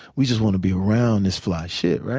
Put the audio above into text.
we just want to be around this fly shit, right?